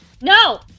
NO